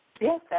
Yes